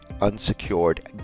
unsecured